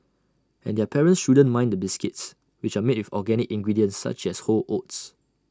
and their parents shouldn't mind the biscuits which are made with organic ingredients such as whole oats